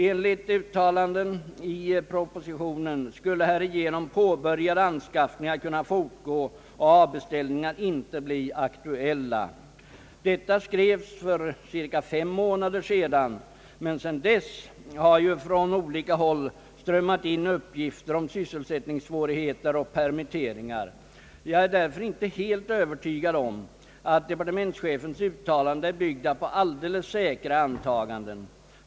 Enligt uttalande i propositionen skulle härigenom påbörjade anskaffningar kunna fortgå och avbeställningar icke bli aktuella. Detta skrevs för cirka fem månader sedan. Men sedan dess har ju från olika håll strömmat in uppgifter om sysselsättningssvårigheter och permitteringar. Jag är därför inte helt övertygad om att departementschefens uttalanden är byggda på alldeles säkra antaganden.